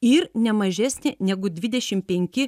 ir ne mažesnė negu dvidešim penki